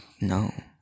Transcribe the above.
no